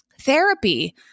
Therapy